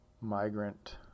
migrant